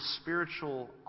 spiritual